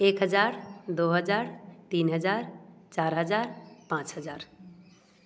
एक हज़ार दो हज़ार तीन हज़ार चार हज़ार पाँच हज़ार